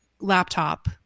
laptop